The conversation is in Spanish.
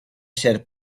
ser